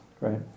right